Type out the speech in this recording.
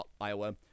Iowa